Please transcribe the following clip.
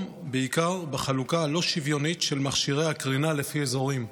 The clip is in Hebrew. בעיקר בחלוקה לא שוויונית של מכשירי הקרנה לפי אזורים.